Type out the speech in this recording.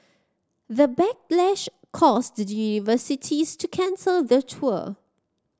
the backlash caused the universities to cancel the tour